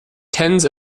tens